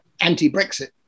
anti-Brexit